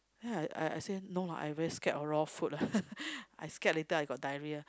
then I I say no lah I very scared of raw food lah I scared later I got diarrhea